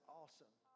awesome